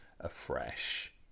afresh